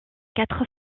quatre